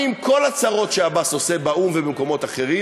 אני, עם כל הצרות שעבאס עושה באו"ם ובמקומות אחרים